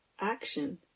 action